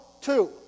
Two